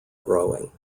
growing